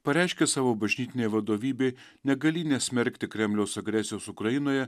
pareiškė savo bažnytinei vadovybei negalį nesmerkti kremliaus agresijos ukrainoje